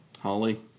Holly